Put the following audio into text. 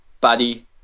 Buddy